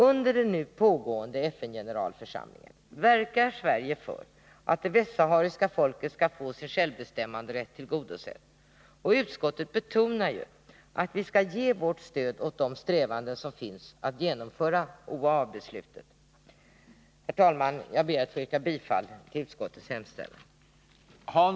Under den nu pågående FN-generalförsamlingen verkar Sverige för att det västsahariska folket skall få sin självbestämmanderätt tillgodosedd, och utskottet betonar ju att vi skall ge vårt stöd åt de strävanden som finns att genomföra OAU-beslutet. Herr talman! Jag ber att få yrka bifall till utskottets hemställan.